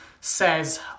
says